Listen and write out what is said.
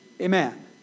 Amen